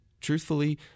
truthfully